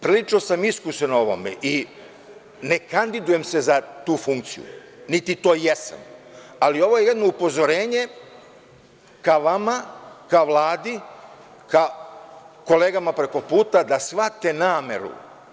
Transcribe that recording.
Prilično sam iskusan u ovome i ne kandidujem se za tu funkciju, niti to jesam, ali ovo je jedno upozorenje ka vama, ka Vladi, ka kolegama preko puta da shvate nameru.